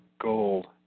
gold